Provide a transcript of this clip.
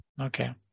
Okay